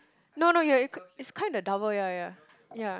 no no you're it's kinda double ya ya ya